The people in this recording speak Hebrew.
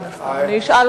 מן הסתם.